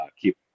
keep